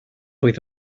oedd